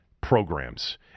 programs